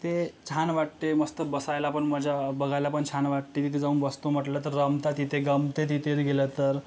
ते छान वाटते मस्त बसायला पण मजा बघायला पण छान वाटते तिथे जाऊन बसतो म्हटलं तर रमतं तिथे गमते तिथेच गेलं तर